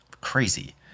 crazy